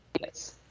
Yes